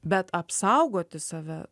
bet apsaugoti save